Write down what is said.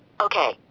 Okay